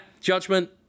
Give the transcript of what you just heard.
judgment